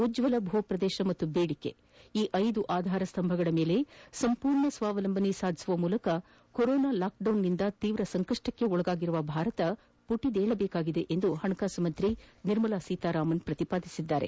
ಉಜ್ವಲ ಭೂಪ್ರದೇಶ ಹಾಗೂ ಬೇಡಿಕೆ ಈ ಐದು ಆಧಾರ ಸ್ತಂಭಗಳ ಮೇಲೆ ಸಂಪೂರ್ಣ್ ಸ್ವಾವಲಂಬನೆ ಸಾಧಿಸುವ ಮೂಲಕ ಕೊರೋನಾ ಲಾಕ್ಡೌನ್ನಿಂದ ತೀವ್ರ ಸಂಕಪ್ಪಕ್ಕೊಳಗಾಗಿರುವ ಭಾರತ ಮಟದೇಳಬೇಕಾಗಿದೆ ಎಂದು ಹಣಕಾಸು ಸಚಿವೆ ನಿರ್ಮಲಾ ಸೀತಾರಾಮನ್ ಪ್ರತಿಪಾದಿಸಿದ್ದಾರೆ